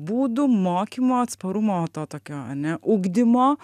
būdų mokymo atsparumo to tokio ane ugdymo